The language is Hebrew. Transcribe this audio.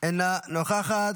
אינה נוכחת,